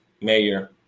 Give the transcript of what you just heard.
mayor